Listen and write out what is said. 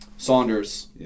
Saunders